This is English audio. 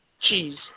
cheese